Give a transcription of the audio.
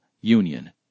union